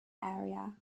area